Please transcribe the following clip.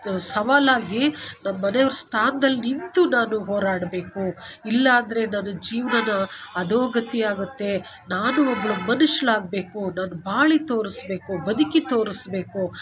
ಸವಾಲಾಗಿ ನಮ್ಮ ಮನೆಯವ್ರ ಸ್ಥಾನದಲ್ಲಿ ನಿಂತು ನಾನು ಹೋರಾಡಬೇಕು ಇಲ್ಲಾಂದರೆ ನಾನು ಜೀವನ ಅಧೋಗತಿ ಆಗುತ್ತೆ ನಾನು ಒಬ್ಬಳು ಮನುಷ್ಯಳು ಆಗಬೇಕು ನಾನು ಬಾಳಿ ತೋರಿಸ್ಬೇಕು ಬದುಕಿ ತೋರಿಸ್ಬೇಕು